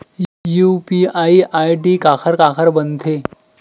UPI ID काखर काखर बनथे?